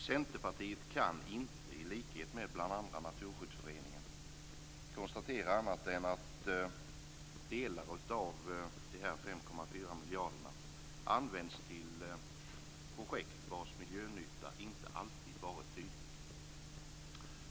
Centerpartiet kan inte annat än, i likhet med bl.a. miljarderna använts till projekt vars miljönytta inte alltid varit tydlig.